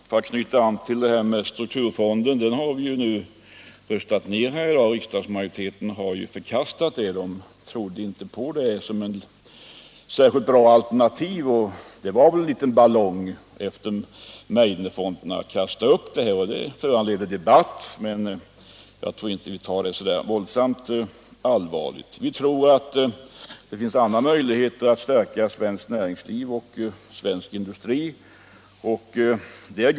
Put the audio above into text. Herr talman! Vad angår strukturfonden har ju riksdagsmajoriteten i dag förkastat denna. Majoriteten trodde inte att det var något bra alternativ. Det var väl bara en liten ballong som sändes upp efter det att förslaget om Meidnerfonderna förkastats. Det finns, enligt vår mening, andra möjligheter att stärka svenskt näringsliv och svensk industri.